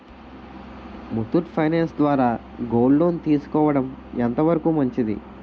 Muthoot finance ద్వారా gold loan తీసుకోవడం ఎంత వరకు మంచిది?